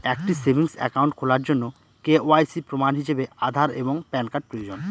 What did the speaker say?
একটি savings account খোলার জন্য কে.ওয়াই.সি প্রমাণ হিসাবে আধার এবং প্যান কার্ড প্রয়োজন